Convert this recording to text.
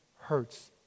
hurts